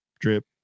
drip